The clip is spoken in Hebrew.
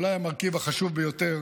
אולי המרכיב החשוב ביותר